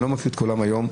אני לא מכיר את כולם היום,